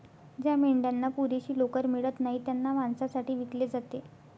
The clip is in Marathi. ज्या मेंढ्यांना पुरेशी लोकर मिळत नाही त्यांना मांसासाठी विकले जाते